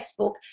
Facebook